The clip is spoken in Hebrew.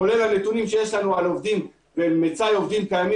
כולל הנתונים שיש לנו על מצאי עובדים קיימים